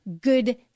good